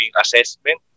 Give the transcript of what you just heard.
assessment